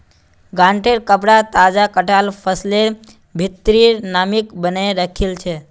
गांठेंर कपडा तजा कटाल फसलेर भित्रीर नमीक बनयें रखे छै